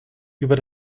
über